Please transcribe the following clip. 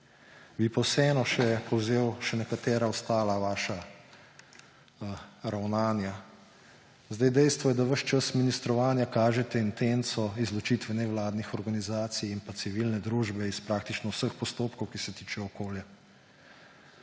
Bi pa vseeno povzel še nekatera vaša ostala ravnanja. Dejstvo je, da ves čas ministrovanja kažete intenco izločitve nevladnih organizacij in pa civilne družbe iz praktično vseh postopkov, ki se tičejo okolja.